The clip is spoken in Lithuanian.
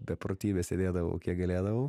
beprotybės sėdėdavau kiek galėdavau